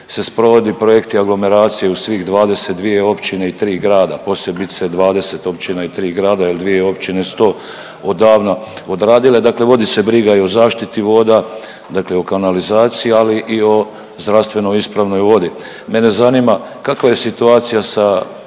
se sprovode projekti aglomeracije u svih 22 općine i 3 grada, posebice 20 općina i 3 grada jer dvije općine su to odavno odradile. Dakle, vodi se briga i o zaštiti voda, dakle o kanalizaciji ali i o zdravstveno ispravnoj vodi. Mene zanima kakva je situacija sa,